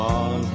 on